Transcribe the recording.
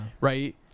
right